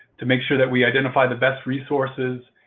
to make sure that we identify the best resources,